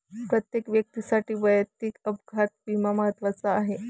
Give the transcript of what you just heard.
प्रत्येक व्यक्तीसाठी वैयक्तिक अपघात विमा महत्त्वाचा आहे